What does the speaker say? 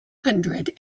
hundred